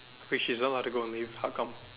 wait she's not allowed to go on leave how come